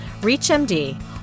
ReachMD